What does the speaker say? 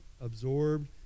absorbed